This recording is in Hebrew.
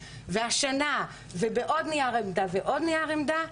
והשנה ובעוד נייר עמדה ועוד נייר עמדה,